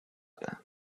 there